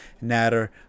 Natter